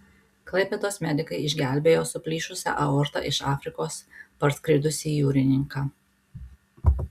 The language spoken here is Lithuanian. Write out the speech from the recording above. klaipėdos medikai išgelbėjo su plyšusia aorta iš afrikos parskridusį jūrininką